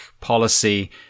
policy